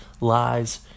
Lies